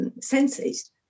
senses